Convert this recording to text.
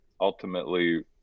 ultimately